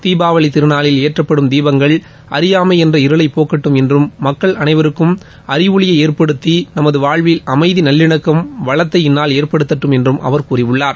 தீபாவளி திருநாளில் ஏற்றப்படும் தீபங்கள் அறியாமை என்ற இருளைப் போக்கட்டும் என்றும் மக்கள் அளைவருக்கும் அறிவொளியை ஏற்படுத்தி நமது வாழ்வில் அமைதி நல்லிணக்கம் வளத்தை இந்நாள் ஏற்படுத்தட்டும் என்றும் அவர் கூறியுள்ளார்